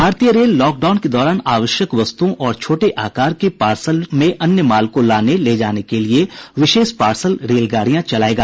भारतीय rail lockdown के दौरान आवश्यक वस्तुओं और छोटे आकार के पार्सल में अन्य माल को लाने ले जाने के लिए विशेष पार्सल रेलगाड़ियां चलाएगा